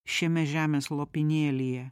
šiame žemės lopinėlyje